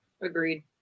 Agreed